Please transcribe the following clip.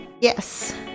yes